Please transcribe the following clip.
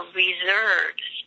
reserves